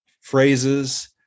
phrases